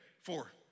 four